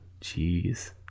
Jeez